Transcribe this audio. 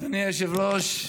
אדוני היושב-ראש,